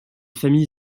famille